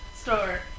store